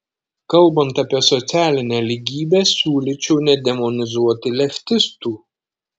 kalbant apie socialinę lygybę siūlyčiau nedemonizuoti leftistų